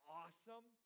awesome